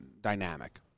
dynamic